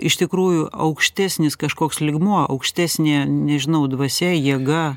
iš tikrųjų aukštesnis kažkoks lygmuo aukštesnė nežinau dvasia jėga